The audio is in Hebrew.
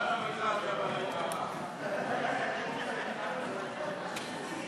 ההצעה להעביר את הצעת חוק